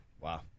Wow